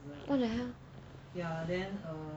what the hell